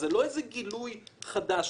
זה לא גילוי חדש,